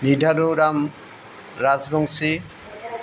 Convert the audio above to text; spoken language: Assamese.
নিধাদুৰাম ৰাজবংশী